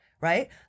right